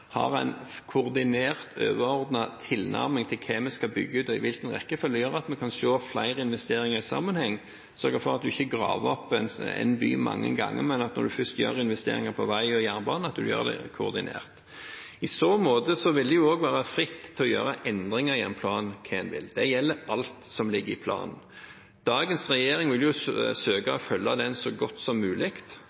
har en koordinert, overordnet tilnærming til hva vi skal bygge ut, og i hvilken rekkefølge, gjør at vi kan se flere investeringer i sammenheng og sørge for at en ikke graver opp en by mange ganger, men at en når en først gjør investeringer på vei og jernbane, gjør det koordinert. I så måte vil det være fritt til å gjøre endringer i en plan på hva en vil. Det gjelder alt som ligger i planen. Dagens regjering vil søke å følge den så godt som mulig,